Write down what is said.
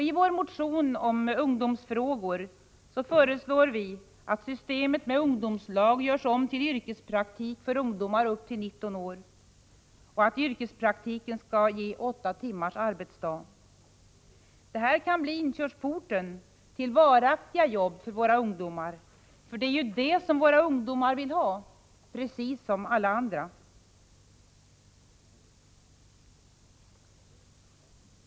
I vår motion om ungdomsfrågor föreslår vi att systemet med ungdomslag görs om till yrkespraktik för ungdomar upp till 19 år och att yrkespraktiken skall ge åtta timmars arbetsdag. Detta kan bli inkörsporten till varaktiga jobb för våra ungdomar. Det är ju det ungdomarna vill ha, precis som alla andra.